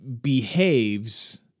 behaves